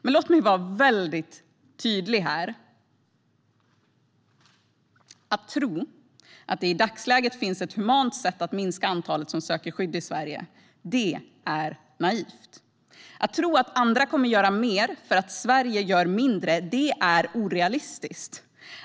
Men låt mig vara väldigt tydlig. Att tro att det i dagsläget finns ett humant sätt att minska antalet som söker skydd i Sverige, det är naivt. Att tro att andra kommer att göra mer för att Sverige gör mindre, det är orealistiskt.